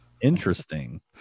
interesting